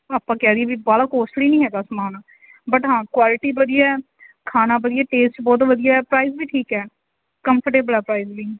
ਆਪਾਂ ਕਹਿ ਦੇਈਏ ਵੀ ਬਾਹਲਾ ਕੋਸਟਲੀ ਨਹੀਂ ਹੈਗਾ ਸਮਾਨ ਬਟ ਹਾਂ ਕੁਆਲਿਟੀ ਵਧੀਆ ਖਾਣਾ ਵਧੀਆ ਟੇਸਟ ਬਹੁਤ ਵਧੀਆ ਪ੍ਰਾਈਜ ਵੀ ਠੀਕ ਹੈ ਕੰਫਰਟੇਬਲ ਆ ਪ੍ਰਾਈਜ ਵੀ